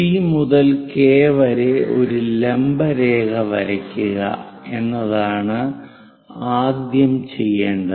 C മുതൽ K വരെ ഒരു ലംബ രേഖ വരയ്ക്കുക എന്നതാണ് ആദ്യം ചെയ്യേണ്ടത്